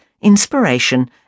inspiration